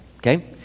okay